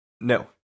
No